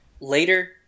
Later